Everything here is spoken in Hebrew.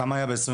כמה היה ב-2022?